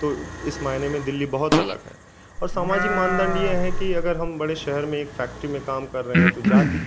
तो इस मायने में दिल्ली बहुत अलग है और सामाजिक मानदंड यह है कि अगर हम बड़े शहर में एक फैक्ट्री में काम कर रहे हैं तो जाति